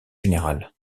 général